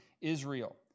Israel